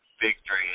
victory